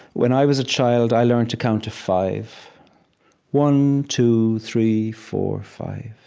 when i was a child, i learned to count to five one, two, three, four, five.